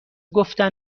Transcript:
گفتن